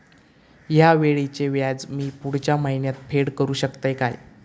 हया वेळीचे व्याज मी पुढच्या महिन्यात फेड करू शकतय काय?